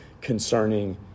concerning